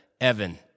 Evan